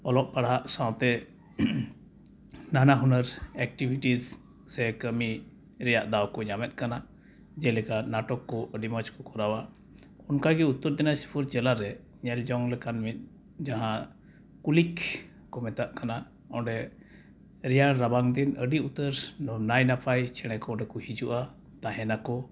ᱚᱞᱚᱜ ᱯᱟᱲᱦᱟᱜ ᱥᱟᱶᱛᱮ ᱱᱟᱱᱟᱼᱦᱩᱱᱟᱹᱨ ᱮᱠᱴᱤᱵᱷᱤᱴᱤᱥ ᱥᱮ ᱠᱟᱹᱢᱤ ᱨᱮᱭᱟᱜ ᱫᱟᱣᱠᱚ ᱧᱟᱢᱮᱫ ᱠᱟᱱᱟ ᱡᱮᱞᱮᱠᱟ ᱱᱟᱴᱚᱠ ᱠᱚ ᱟᱹᱰᱤ ᱢᱚᱡᱽᱠᱚ ᱠᱚᱨᱟᱣᱟ ᱚᱱᱠᱟᱜᱮ ᱩᱛᱛᱚᱨ ᱫᱤᱱᱟᱡᱽᱯᱩᱨ ᱡᱮᱞᱟᱨᱮ ᱧᱮᱞᱡᱚᱝ ᱞᱮᱠᱟᱱ ᱢᱤᱫ ᱡᱟᱦᱟᱸ ᱠᱩᱞᱤᱠ ᱠᱚ ᱢᱮᱛᱟᱜ ᱠᱟᱱᱟ ᱚᱸᱰᱮ ᱨᱮᱭᱟᱲ ᱨᱟᱵᱟᱝᱫᱤᱱ ᱟᱹᱰᱤ ᱩᱛᱟᱹᱨ ᱱᱟᱭ ᱱᱟᱯᱟᱭ ᱪᱮᱬᱮᱠᱚ ᱚᱸᱰᱮᱠᱚ ᱦᱤᱡᱩᱜᱼᱟ ᱛᱟᱦᱮᱱᱟᱠᱚ